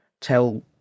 tell